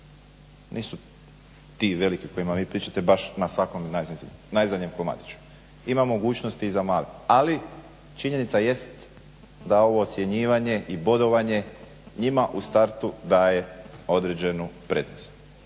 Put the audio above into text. Nisu ti veliki o kojima vi pričate baš na svakom najzadnjem komadiću. Ima mogućnosti i za male. Ali činjenica jest da ovo ocjenjivanje i bodovanje njima u startu daje određenu prednost.